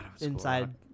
inside